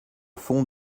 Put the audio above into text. fonds